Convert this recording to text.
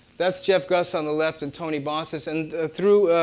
that's jeff gus on the left and tony bossas. and through